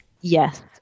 Yes